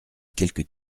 quelques